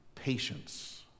patience